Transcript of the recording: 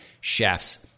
Chefs